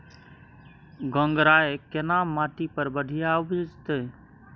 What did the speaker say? गंगराय केना माटी पर बढ़िया उपजते?